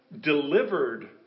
delivered